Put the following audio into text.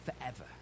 forever